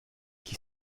qui